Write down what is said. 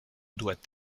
doit